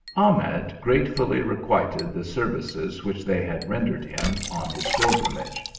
ahmed gratefully requited the services which they had rendered him on his pilgrimage.